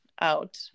out